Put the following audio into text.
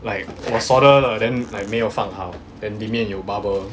like 我 solder 了 then like 没有放好 then 里面有 bubble